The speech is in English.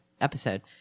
episode